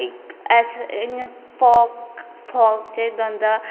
ते इ'यै अहें योगा करी चाहिदी योगा इक बहुत ही अच्छी जेह्ड़ी